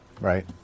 right